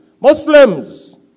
Muslims